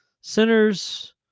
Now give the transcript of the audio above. sinners